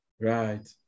Right